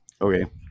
Okay